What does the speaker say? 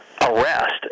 arrest